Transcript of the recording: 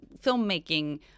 filmmaking